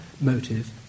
motive